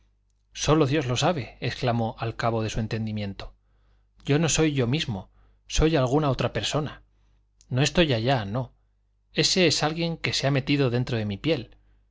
sólo dios lo sabe exclamó al cabo de su entendimiento yo no soy yo mismo soy alguna otra persona no estoy allá no ése es alguien que se ha metido dentro de mi piel